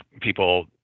people